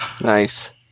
Nice